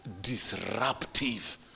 disruptive